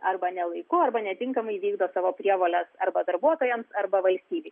arba ne laiku arba netinkamai vykdo savo prievoles arba darbuotojams arba valstybei